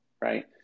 Right